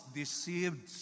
deceived